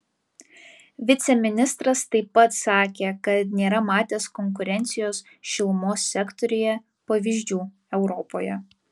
viceministras taip pat sakė kad nėra matęs konkurencijos šilumos sektoriuje pavyzdžių europoje